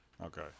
Okay